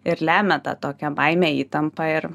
ir lemia tą tokią baimę įtampą ir